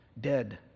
dead